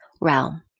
realm